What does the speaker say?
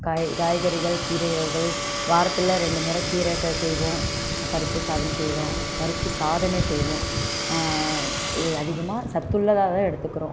காய் காய்கறிகள் கீரை வகைகள் வாரத்தில் ரெண்டு முறை கீரை க செய்வோம் பருப்பு சாதம் செய்வோம் பருப்பு சாதமே செய்வோம் இது அதிகமாக சத்துள்ளதாகதான் எடுத்துக்குறோம்